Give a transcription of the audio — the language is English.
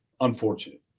unfortunate